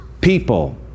people